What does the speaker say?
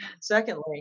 Secondly